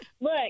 look